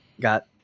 got